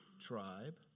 tribe